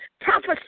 prophecy